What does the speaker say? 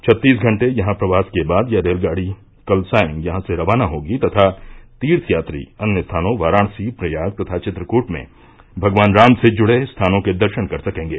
छत्तीस घंटे यहां प्रवास के बाद यह रेलगाड़ी कल सांय यहां से रवाना होगी तथा तीर्थयात्री अन्य स्थानों वाराणसी प्रयाग तथा चित्रकूट में भगवान राम से जुड़े स्थानों के दर्शन कर सकेंगे